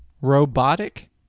robotic